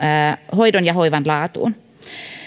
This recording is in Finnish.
hoidon ja hoivan laatuun